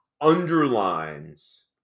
underlines